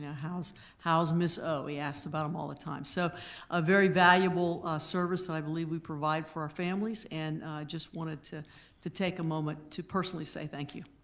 yeah how's how's ms. o? he asks about em all the time. so a very valuable service that i believe we provide for our families and i just wanted to to take a moment to personally say thank you.